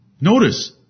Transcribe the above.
Notice